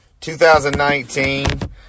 2019